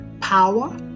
power